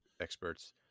experts